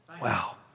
Wow